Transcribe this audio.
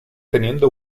teniendo